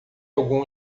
algum